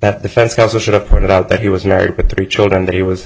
that defense counsel should have pointed out that he was married with three children that he